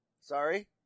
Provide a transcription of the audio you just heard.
sorry